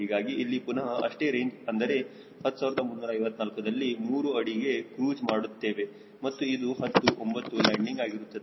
ಹೀಗಾಗಿ ಇಲ್ಲಿ ಪುನಹ ಅಷ್ಟೇ ರೇಂಜ್ ಅಂದರೆ 10354ದಲ್ಲಿ 3 ಅಡಿ ಗೆ ಕ್ರೂಜ್ ಮಾಡುತ್ತೇವೆಮತ್ತು ಇದು 10 9 ಲ್ಯಾಂಡಿಂಗ್ ಆಗಿರುತ್ತದೆ